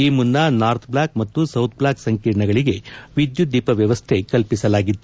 ಈ ಮುನ್ನ North Block ಮತ್ತು ಸೌತ್ ಬ್ಲಾಕ್ ಸಂಕೀರ್ಣಗಳಿಗೆ ವಿದ್ಯುತ್ ದೀಪ ವ್ಯವಸ್ಥೆ ಕಲ್ಪಿಸಲಾಗಿತ್ತು